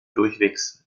durchwegs